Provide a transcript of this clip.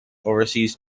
overseas